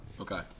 Okay